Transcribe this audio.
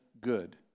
good